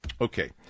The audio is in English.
okay